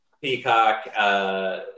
Peacock